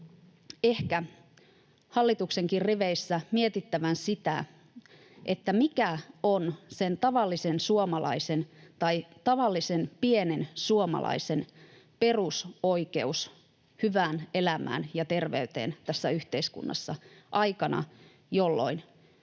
ehkä hallituksenkin riveissä mietittävän, mikä on sen tavallisen, pienen suomalaisen perusoikeus hyvään elämään ja terveyteen tässä yhteiskunnassa, aikana, jolloin